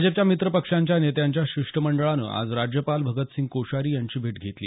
भाजपच्या मित्र पक्षांच्या नेत्यांच्या शिष्टमंडळानं आज राज्यपाल भगतसिंह कोश्यारी यांची भेट घेतली